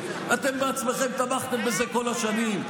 רוצים לדבר?